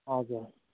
हजुर